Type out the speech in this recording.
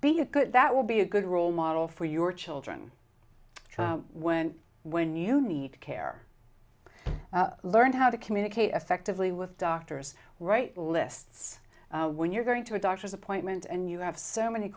be a good that will be a good role model for your children when when you need care to learn how to communicate effectively with doctors right lists when you're going to a doctor's appointment and you have so many